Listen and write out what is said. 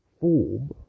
form